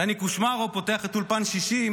דני קושמרו פותח את אולפן שישי,